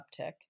uptick